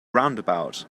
roundabout